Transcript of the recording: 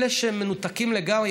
אלה שמנותקים לגמרי.